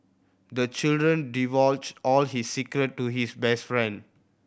the children divulged all his secret to his best friend